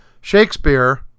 Shakespeare